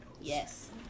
Yes